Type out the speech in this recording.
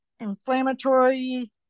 inflammatory